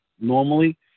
normally